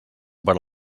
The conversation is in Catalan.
per